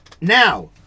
now